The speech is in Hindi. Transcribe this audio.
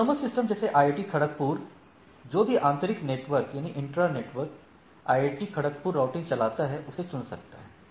ऑटोनॉमस सिस्टम जैसे IIT खड़गपुर जो भी आंतरिक इंट्रा IIT KGP राउटिंग चाहता है उसे चुन सकता है